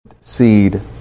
seed